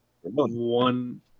one